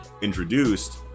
introduced